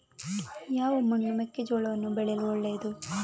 ಯಾವ ಮಣ್ಣು ಮೆಕ್ಕೆಜೋಳವನ್ನು ಬೆಳೆಯಲು ಒಳ್ಳೆಯದು?